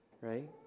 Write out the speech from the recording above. right